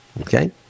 okay